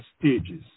stages